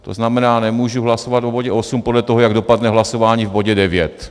To znamená, nemůžu hlasovat o bodě 8 podle toho, jak dopadne hlasování v bodě 9.